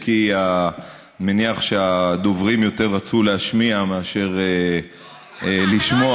אם כי אני מניח שהדוברים יותר רצו להשמיע מאשר לשמוע.